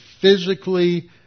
physically